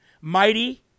mighty